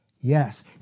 Yes